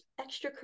extracurricular